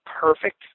perfect